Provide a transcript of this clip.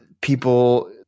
people –